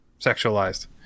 sexualized